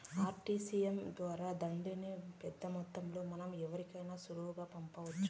RTGS ద్వారా దుడ్డుని పెద్దమొత్తంలో మనం ఎవరికైనా సులువుగా పంపొచ్చు